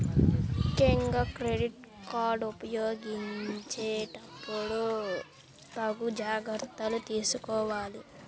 ముక్కెంగా క్రెడిట్ ఉపయోగించేటప్పుడు తగు జాగర్తలు తీసుకోవాలి